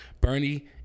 Bernie